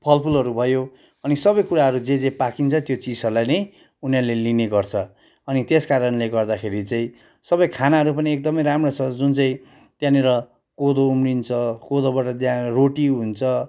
फलफुलहरू भयो अनि सबै कुराहरू जे जे पाकिन्छ त्यो चिजहरूलाई नै उनीहरूले लिने गर्छ अनि त्यस कारणले गर्दाखेरि चाहिँ सबै खानाहरू पनि एकदमै राम्रो छ जुन चाहिँ त्यहाँनिर कोदो उम्रिन्छ कोदोबाट त्यहाँ रोटी हुन्छ